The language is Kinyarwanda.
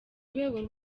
rwego